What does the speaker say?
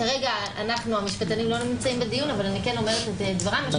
כרגע אנחנו נמצאים כאן והמשפטנים לא אבל אני אומרת את דברם.